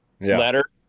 letter